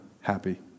happy